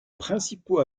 principaux